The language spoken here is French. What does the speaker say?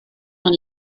dans